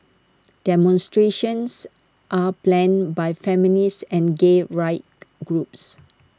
demonstrations are planned by feminist and gay rights groups